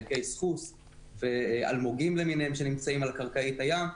דגי סחוס ואלמוגים למיניהם שנמצאים על קרקעית הים,